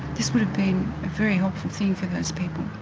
this would have been a very helpful thing for those people.